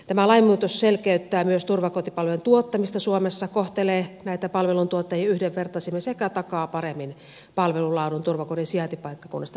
tämä lainmuutos selkeyttää myös turvakotipalvelujen tuottamista suomessa kohtelee palveluntuottajia yhdenvertaisemmin sekä takaa paremmin palvelun laadun turvakodin sijaintipaikkakunnasta riippumatta